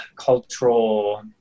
Cultural